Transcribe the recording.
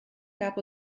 gab